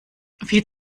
viel